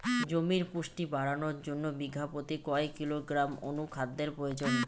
জমির পুষ্টি বাড়ানোর জন্য বিঘা প্রতি কয় কিলোগ্রাম অণু খাদ্যের প্রয়োজন?